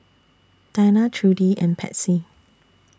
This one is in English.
Dinah Trudy and Patsy